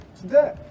today